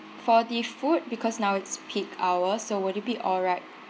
for the food because now it's peak hour so would it be alright